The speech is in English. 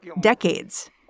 decades